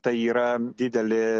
tai yra didelė